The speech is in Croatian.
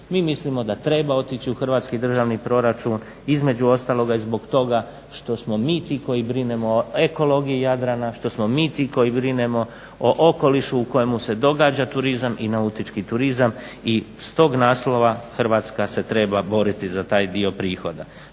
Mi mislimo da treba otići u Hrvatski državni proračun, između ostaloga i zbog toga što smo mi ti koji brinemo o ekologiji Jadrana, što smo mi ti koji brinemo o okolišu u kojemu se događa turizam i nautički turizam. I stog naslova Hrvatska se treba boriti za taj dio prihoda.